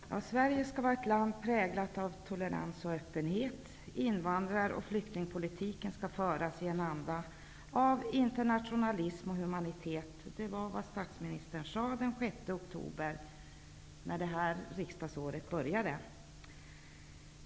Herr talman! Sverige skall vara ett land präglat av tolerans och öppenhet. Invandrar och flyk tingpolitiken skall föras i en anda av internationa lism och humanitet. Detta sade statsministern den 6 oktober när det här riksdagsåret började.